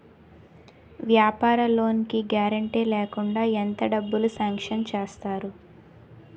వ్యాపార లోన్ కి గారంటే లేకుండా ఎంత డబ్బులు సాంక్షన్ చేస్తారు?